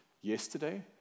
Yesterday